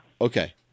Okay